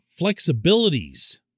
flexibilities